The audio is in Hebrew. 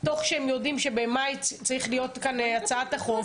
תוך שהם יודעים שבמאי צריכה להיות כאן הצעת החוק,